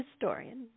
historian